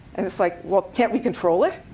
and it's like, well, can't we control it?